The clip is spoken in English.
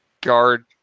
Guard